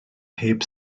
heb